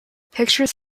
pictures